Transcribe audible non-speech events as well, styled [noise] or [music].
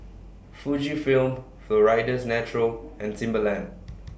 Fujifilm Florida's Natural and Timberland [noise]